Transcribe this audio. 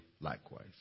likewise